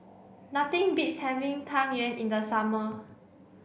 nothing beats having Tang Yuen in the summer